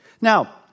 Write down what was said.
Now